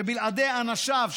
שבלעדי אנשיו,